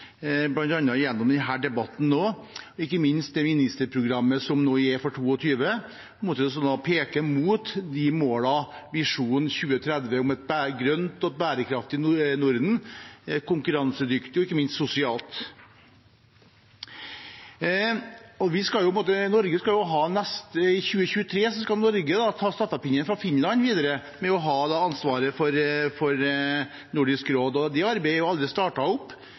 bl.a. gjennom denne debatten nå – ikke minst med det ministerprogrammet som er nå for 2022, og som peker mot målene i visjon 2030 om et grønt og bærekraftig Norden som er konkurransedyktig og ikke minst sosialt. I 2023 skal Norge ta stafettpinnen videre fra Finland med å ha ansvaret for Nordisk råd. Arbeidet med å lage et program er